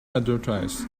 advertise